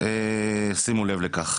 שימו לב לכך.